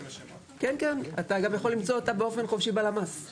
אתה גם יכול למצוא אותה באופן חופשי בלמ"ס.